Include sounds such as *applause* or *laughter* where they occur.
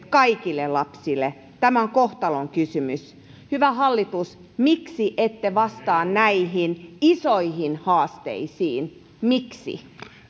*unintelligible* kaikille lapsille tämä on kohtalonkysymys hyvä hallitus miksi ette vastaa näihin isoihin haasteisiin miksi